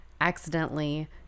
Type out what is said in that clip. accidentally